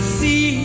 see